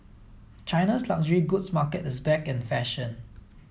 China's luxury goods market is back in fashion